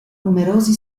numerosi